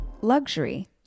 Luxury